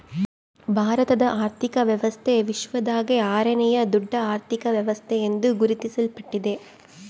ಭಾರತದ ಆರ್ಥಿಕ ವ್ಯವಸ್ಥೆ ವಿಶ್ವದಾಗೇ ಆರನೇಯಾ ದೊಡ್ಡ ಅರ್ಥಕ ವ್ಯವಸ್ಥೆ ಎಂದು ಗುರುತಿಸಲ್ಪಟ್ಟಿದೆ